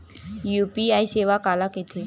UPI सेवा काला कइथे?